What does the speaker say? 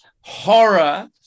horror